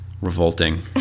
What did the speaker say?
revolting